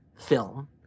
film